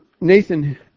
Nathan